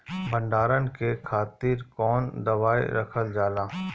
भंडारन के खातीर कौन दवाई रखल जाला?